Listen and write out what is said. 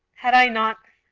had i not!